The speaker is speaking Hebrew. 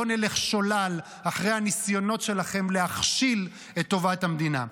לא נלך שולל אחרי הניסיונות שלכם להכשיל את טובת המדינה.